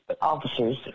officer's